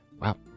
wow